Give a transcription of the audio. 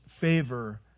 favor